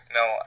no